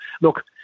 look